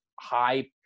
high